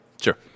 Sure